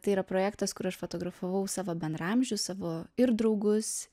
tai yra projektas kur aš fotografavau savo bendraamžius savo ir draugus